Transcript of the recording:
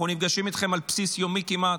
אנחנו נפגשים איתכם על בסיס יומי כמעט.